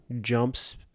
jumps